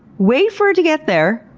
wait for it to get there,